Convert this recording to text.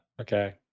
Okay